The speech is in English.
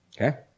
Okay